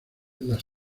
las